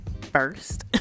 first